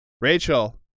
Rachel